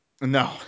No